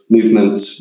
movements